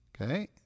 Okay